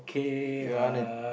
you wanna